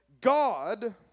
God